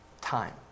time